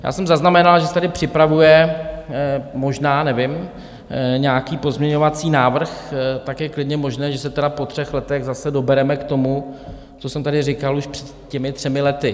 Já jsem zaznamenal, že se tady připravuje možná, nevím nějaký pozměňovací návrh, tak je klidně možné, že se tedy po třech letech zase dobereme k tomu, co jsem tady říkal už před těmi třemi lety.